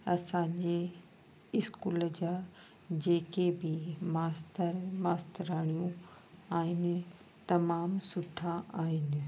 असांजे स्कूल जा जेके बि मास्तर मास्तराणियूं आहिनि तमामु सुठा आहिनि